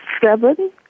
seven